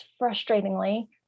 frustratingly